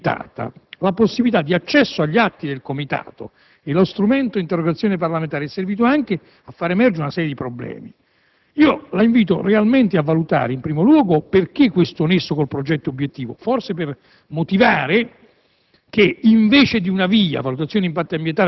Infine, è stata enormemente limitata la possibilità di accesso agli atti del comitato e lo strumento dell'interrogazione parlamentare è servito anche a fare emergere una serie di problemi. Io la invito realmente valutare in primo luogo quale sia il nesso con la legge obiettivo. Forse per spiegare